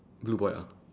blue boy ah